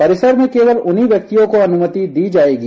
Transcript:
परिसर में केवल उन्हीं व्यक्तियों को अनुमति दी जाएगी